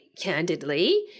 candidly